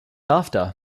after